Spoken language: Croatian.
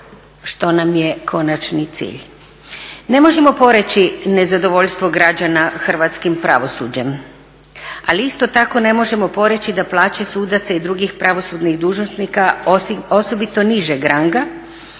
što nam je konačni cilj.